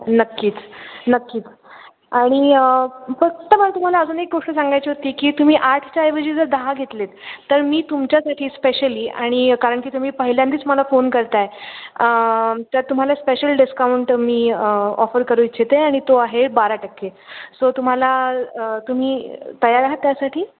नक्कीच नक्कीच आणि फक्त मला तुम्हाला अजून एक गोष्ट सांगायची होती की तुम्ही आठच्या ऐवजी जर दहा घेतलीत तर मी तुमच्यासाठी स्पेशली आणि कारण की तुम्ही पहिल्यांदाच मला फोन करताय तर तुम्हाला स्पेशल डिस्काउंट मी ऑफर करू इच्छिते आणि तो आहे बारा टक्के सो तुम्हाला तुम्ही तयार आहात त्यासाठी